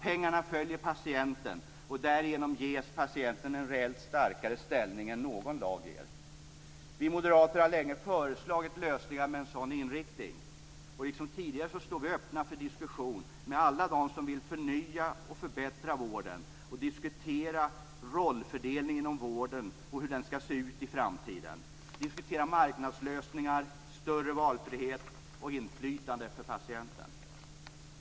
Pengarna skall följa patienten, och därigenom ges patienten en reellt starkare ställning än någon lag ger. Vi moderater har länge föreslagit lösningar med en sådan inriktning. Liksom tidigare står vi öppna för en diskussion med alla dem som vill förnya och förbättra vården och diskutera rollfördelningen inom vården och hur den skall se ut i framtiden. Vi vill diskutera marknadslösningar, större valfrihet och inflytande för patienten.